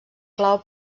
clau